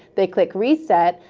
they click reset,